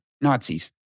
Nazis